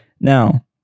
Now